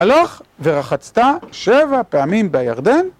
הלך ורחצת שבע פעמים בירדן.